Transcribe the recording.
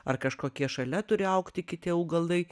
ar kažkokie šalia turi augti kiti augalai